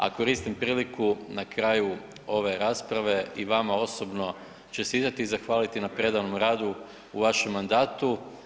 A koristim priliku na kraju ove rasprave i vama osobno čestitati i zahvaliti na predanom radu u vašem mandatu.